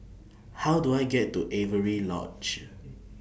How Do I get to Avery Lodge